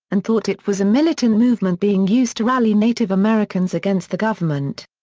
and thought it was a militant movement being used to rally native americans against the government.